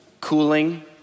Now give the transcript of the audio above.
Cooling